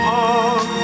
on